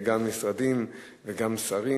גם משרדים וגם שרים,